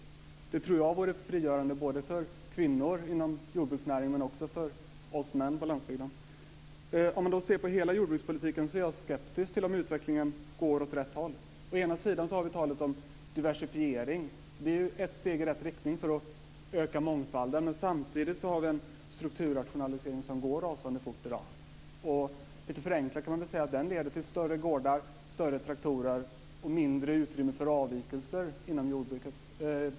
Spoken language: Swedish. Det tror jag vore frigörande för kvinnor inom jordbruksnäringen men också för oss män på landsbygden. Vad gäller hela jordbrukspolitiken är jag skeptisk till om utvecklingen går åt rätt håll. Å ena sidan har vi talet om diversifiering. Det är ju ett steg i rätt riktning för att öka mångfalden, men å andra sidan har vi en strukturrationalisering som går rasande fort i dag. Lite förenklat kan man väl säga att den leder till större gårdar, större traktorer och mindre utrymme för avvikelser inom jordbruket.